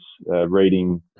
reading